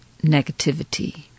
negativity